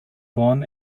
born